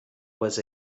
was